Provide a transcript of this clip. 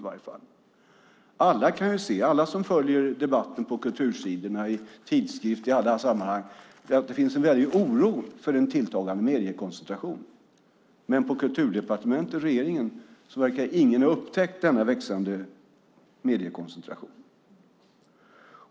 Alla som följer debatten på kultursidorna, i tidskrifter och i andra sammanhang kan se att det finns en väldig oro för en tilltagande mediekoncentration. Men på Kulturdepartementet och i regeringen verkar ingen ha upptäckt denna växande mediekoncentration.